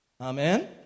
Amen